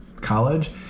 college